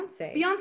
Beyonce